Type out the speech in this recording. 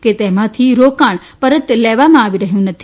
કે તેમાંથી રોકાણ પરત લેવામાં આવી રહ્યું નથી